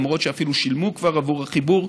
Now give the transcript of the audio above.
למרות שאפילו שילמו כבר עבור החיבור.